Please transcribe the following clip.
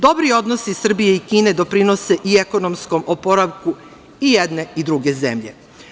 Dobri odnosi Srbije i Kine doprinose i ekonomskom oporavku i jedne i druge zemlje.